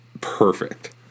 perfect